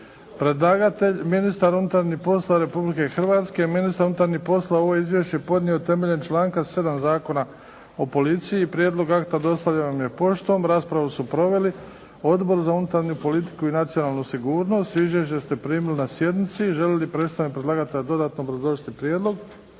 Predlagatelj: ministar unutarnjih poslova Republike Hrvatske. Ministar unutarnjih poslova ovo je izvješće podnio temeljem članka 7. Zakona o policiji. Prijedlog akta dostavljen vam je poštom. Raspravu su proveli Odbor za unutarnju politiku i nacionalnu sigurnost. Izvješća ste primili na sjednici. Želi li predstavnik predlagatelja dodatno obrazložiti prijedlog?